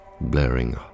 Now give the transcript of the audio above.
blaring